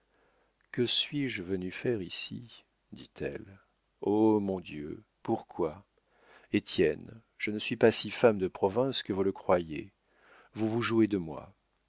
que suis-je venue faire ici dit-elle oh mon dieu pourquoi étienne je ne suis pas si femme de province que vous le croyez vous vous jouez de moi